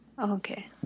Okay